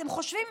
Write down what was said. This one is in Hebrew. אתם חושבים